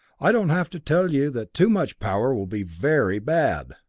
i don't have to tell you that too much power will be very bad!